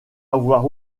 avoir